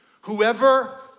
whoever